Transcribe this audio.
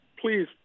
please